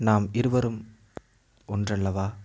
நாம் இருவரும் ஒன்றல்லவா